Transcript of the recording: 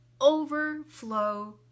overflow